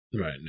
Right